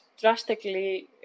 drastically